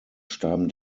starben